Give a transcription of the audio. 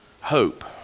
hope